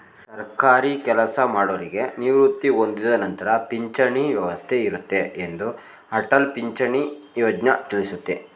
ಸರ್ಕಾರಿ ಕೆಲಸಮಾಡೌರಿಗೆ ನಿವೃತ್ತಿ ಹೊಂದಿದ ನಂತರ ಪಿಂಚಣಿ ವ್ಯವಸ್ಥೆ ಇರುತ್ತೆ ಎಂದು ಅಟಲ್ ಪಿಂಚಣಿ ಯೋಜ್ನ ತಿಳಿಸುತ್ತೆ